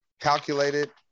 calculated